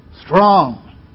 Strong